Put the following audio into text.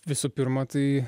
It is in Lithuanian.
visų pirma tai